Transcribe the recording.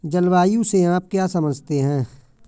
जलवायु से आप क्या समझते हैं?